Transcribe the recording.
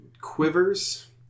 quivers